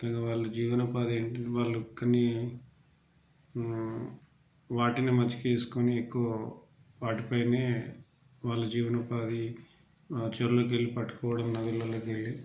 ముఖ్యంగా వాళ్ళు జీవనోపాధి ఏంటంటే వాళ్ళకని వాటిని మచ్చిక చేసుకొని ఎక్కువ వాటిపైనే వాళ్ళ జీవనోపాధి చెరువుల్లోకి వెళ్ళి పట్టుకోవడం నదులల్లోకి వెళ్ళి